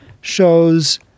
shows